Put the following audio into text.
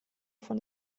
von